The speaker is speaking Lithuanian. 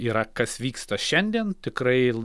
yra kas vyksta šiandien tikrai